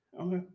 Okay